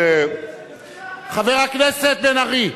חבר הכנסת בן-ארי.